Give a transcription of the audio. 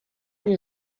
nie